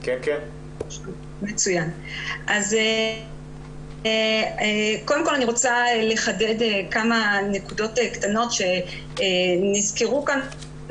קודם כל אני רוצה לחדד כמה נקודות קטנות שנזכרו כאן.